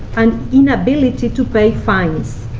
and inability to pay fines.